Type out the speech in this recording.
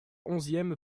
onzième